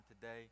today